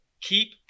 keep